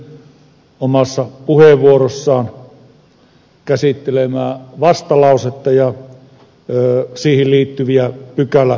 rönnin omassa puheenvuorossaan käsittelemää vastalausetta ja siihen liittyviä pykälämuutoksia